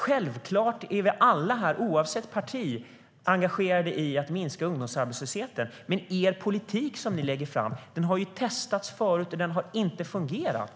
Självklart är vi alla här, oavsett parti, engagerade i att minska ungdomsarbetslösheten. Men den politik som ni lägger fram har testats förut, och den har inte fungerat.